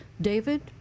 David